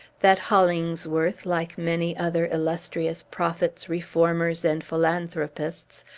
that hollingsworth, like many other illustrious prophets, reformers, and philanthropists,